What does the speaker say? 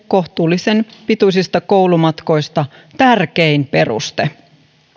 kohtuullisen pituisia koulumatkoja koskevan lakialoitteen tärkein peruste